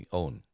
own